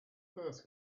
first